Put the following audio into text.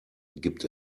gibt